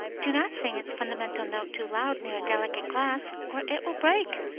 do not sing its fundamental note too loud near a delicate glass, or it will break,